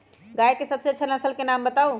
गाय के सबसे अच्छा नसल के नाम बताऊ?